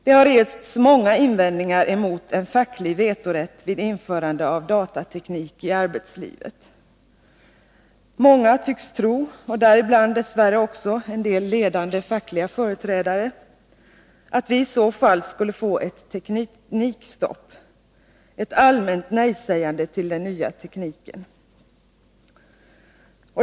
Det har rests många invändningar emot en facklig vetorätt vid införande av datateknik i arbetslivet. Många tycks tro, och dess värre däribland också en del ledande fackliga företrädare, att vi i så fall skulle få ett teknikstopp, ett allmänt nej-sägande när det gäller den nya tekniken.